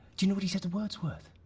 do you know what he said to wordsworth?